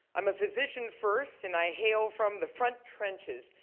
i'm a physician first, and i hail from the front trenches,